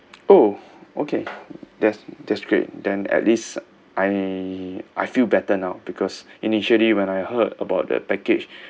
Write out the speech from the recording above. oh okay that's that's great then at least I I feel better now because initially when I heard about the package